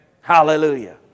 Hallelujah